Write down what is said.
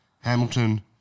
Hamilton